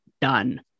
done